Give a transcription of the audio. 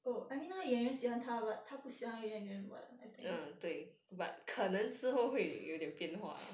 oh I mean 那个 yuan yuan 喜欢他 but 他不喜欢 yuan yuan [what] I think